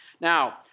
Now